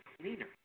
cleaner